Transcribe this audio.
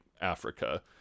Africa